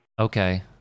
Okay